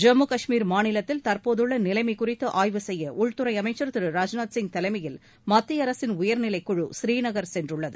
ஜம்மு கஷ்மீர் மாநிலத்தில் தற்போதுள்ள நிலைமை குறித்து ஆய்வு செய்ய உள்துறை அமைச்சர் திரு ராஜ்நாத்சிங் தலைமையில் மத்திய அரசின் உயர்நிலைக்குழு ஸ்ரீநகர் சென்றுள்ளது